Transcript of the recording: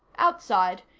outside,